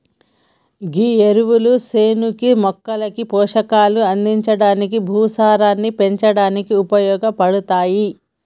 గీ ఎరువులు సేనుకి మొక్కలకి పోషకాలు అందించడానికి, భూసారాన్ని పెంచడానికి ఉపయోగపడతాయి